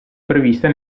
prevista